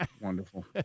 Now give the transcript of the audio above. Wonderful